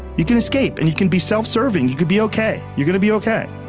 you can escape and you can be self serving. you can be okay. you're gonna be okay.